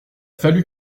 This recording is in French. fallu